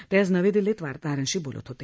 ते आज नवी दिल्लीत वार्ताहरांशी बोलत होते